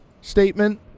statement –